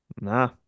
Nah